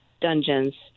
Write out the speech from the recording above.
dungeons